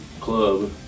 club